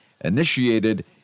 initiated